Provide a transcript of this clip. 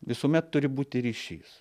visuomet turi būti ryšys